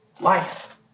Life